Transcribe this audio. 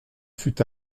fut